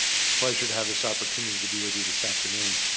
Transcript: it's a pleasure to have this opportunity to be with you this afternoon.